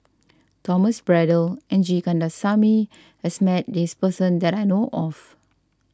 Thomas Braddell and G Kandasamy has met this person that I know of